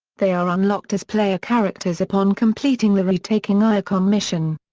they are unlocked as player characters upon completing the retaking iacon mission.